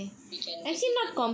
we can execute